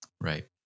Right